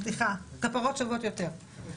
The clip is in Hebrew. סליחה, כפרות שוות יותר.